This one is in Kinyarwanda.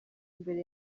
mbere